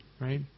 right